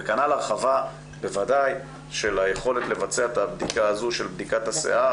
וכנ"ל הרחבה של היכולת לבצע את בדיקת השיער.